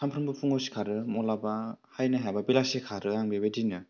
सामफ्रोमबो फुंआव सिखारो माब्लाबा फैनो हायाबा बेलासि खारो आं बेबायदिनो